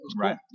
Right